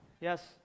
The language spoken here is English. Yes